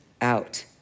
out